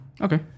Okay